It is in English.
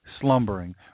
slumbering